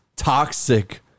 Toxic